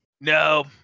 No